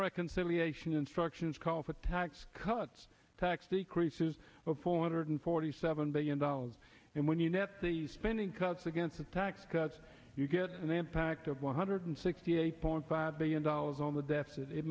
reconciliation instructions call for tax cuts tax decreases of four hundred forty seven billion dollars and when you net the spending cuts against the tax cuts you get and the impact of one hundred sixty eight point five billion dollars on the deficit it